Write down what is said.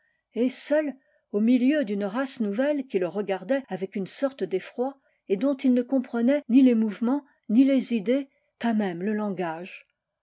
et seul au miheu d'une race nouvelle qui le regardait avec une sorte d'effroi et dont il ne comprenait ni les mouvements ni les idées pas même le langage